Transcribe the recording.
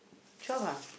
twelve ah